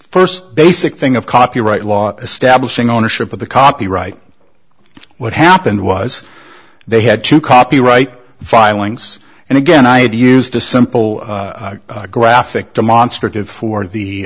first basic thing of copyright law establishing ownership of the copyright what happened was they had two copyright filings and again i had used a simple graphic demonstrative for the